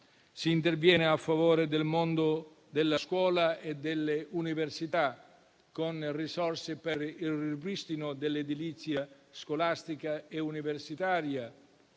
Si interviene a favore del mondo della scuola e delle università con risorse per il ripristino dell'edilizia scolastica e universitaria,